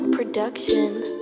Production